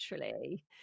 naturally